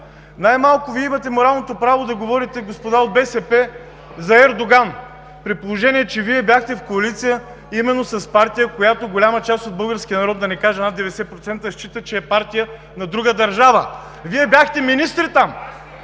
Най-малко Вие имате моралното право да говорите, господа от БСП, за Ердоган, при положение че Вие бяхте в коалиция именно с партия, която голяма част от българския народ, да не кажа над 90% счита, че е партия на друга държава! Вие бяхте министри там!